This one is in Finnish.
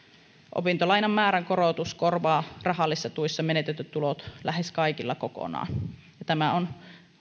opintolainan määrän korotus korvaa rahallisissa tuissa menetetyt tulot lähes kaikilla kokonaan ja tämä on